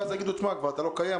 ואז יגידו אתה כבר לא קיים,